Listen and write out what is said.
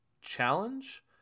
challenge